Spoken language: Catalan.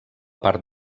part